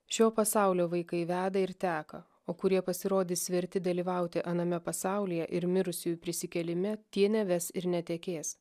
šio pasaulio vaikai veda ir teka o kurie pasirodys verti dalyvauti aname pasaulyje ir mirusiųjų prisikėlime tie neves ir netekės